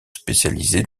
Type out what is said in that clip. spécialisées